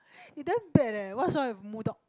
you damn bad leh what's wrong with mu dog